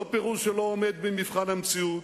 לא פירוז שלא עומד במבחן המציאות,